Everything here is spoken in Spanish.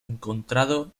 encontrado